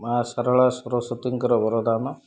ମା ସରଳା ସରସ୍ଵତୀଙ୍କର ବରଦାନ